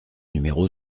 numéro